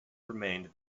remained